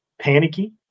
panicky